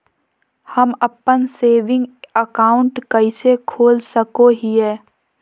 हम अप्पन saving account कइसे खोल सको हियै?